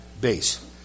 base